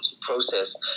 process